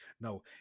No